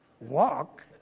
walk